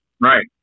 Right